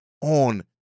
on